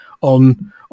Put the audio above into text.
on